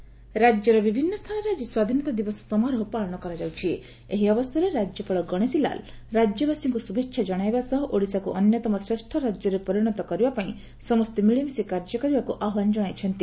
ସ୍ନାଧୀନତା ଦିବସ ରାକ୍ୟର ବିଭିନ୍ନ ସ୍ଚାନରେ ଆକି ସ୍ୱାଧୀନତା ଦିବସ ସମାରୋହ ପାଳନ କରାଯାଉଛି ଏହି ଅବସରରେ ରାକ୍ୟପାଳ ଗଣେଶୀ ଲାଲ ରାକ୍ୟବାସୀଙ୍କୁ ଶୁଭେଛା ଜଣାଇବା ସହ ଓଡ଼ିଶାକୁ ଅନ୍ୟତମ ଶ୍ରେଷ ରାକ୍ୟରେ ପରିଶତ କରିବା ପାଇଁ ସମସ୍ତେ ମିଳିମିଶି କାର୍ଯ୍ୟ କରିବାକୁ ଆହ୍ବାନ ଜଣାଇଛନ୍ତି